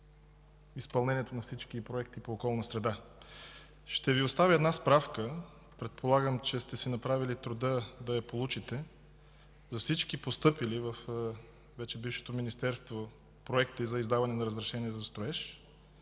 изпълнението на всички проекти по „Околна среда”. Ще Ви оставя една справка. Предполагам, че сте си направили труда да я получите, за всички постъпили във вече бившето Министерство проекти за издаване на разрешения за строеж,